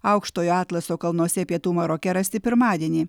aukštojo atlaso kalnuose pietų maroke rasti pirmadienį